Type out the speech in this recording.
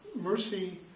mercy